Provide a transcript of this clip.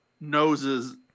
noses